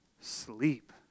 sleep